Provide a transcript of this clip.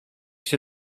się